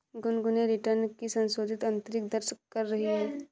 Gungun return की संशोधित आंतरिक दर कर रही है